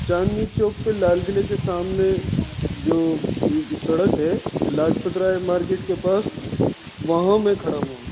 چاندنی چوک پہ لال قلعے کے سامنے جو سڑک ہے لاجپت رائے مارکیٹ کے پاس وہاں میں کھڑا ہوا ہوں